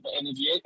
energy